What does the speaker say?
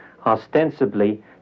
ostensibly